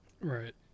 Right